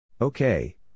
Okay